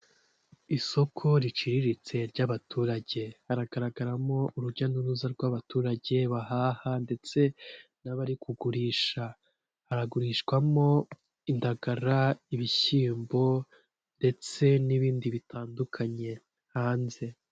Isoko riciriritse ry'abaturage haragaragaramo urujya n'uruza rw'abaturage bahaha ndetse n'abari kugurisha, hagurishwamo indagara, ibishyimbo, ndetse n'ibindi bitandukanye hanze.